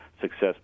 success